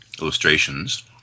illustrations